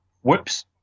whoops